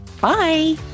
Bye